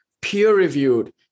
peer-reviewed